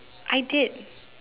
I did